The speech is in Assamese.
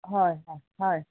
হয় হয় হয়